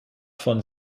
von